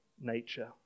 nature